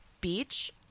beach